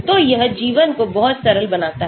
तो यह जीवन को बहुत सरल बनाता है